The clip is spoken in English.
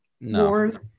wars